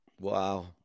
Wow